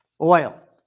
oil